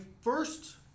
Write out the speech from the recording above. first